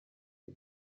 you